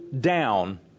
down